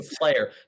player